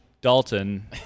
Dalton